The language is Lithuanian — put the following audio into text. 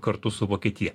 kartu su vokietija